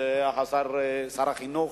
שר החינוך.